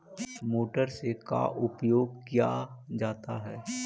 Motor से का उपयोग क्या जाता है?